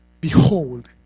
Behold